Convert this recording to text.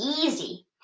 Easy